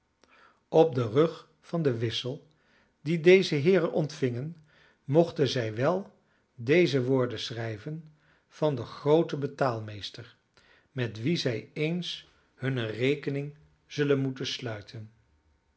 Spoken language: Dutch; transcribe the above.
op den rug van den wissel dien deze heeren ontvingen mochten zij wel deze woorden schrijven van den grooten betaalmeester met wien zij eens hunne rekening zullen moeten sluiten